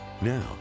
Now